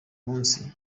munsi